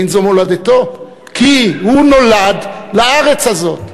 אין זאת מולדתו, כי הוא נולד לארץ הזאת.